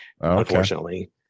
unfortunately